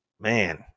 man